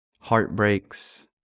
heartbreaks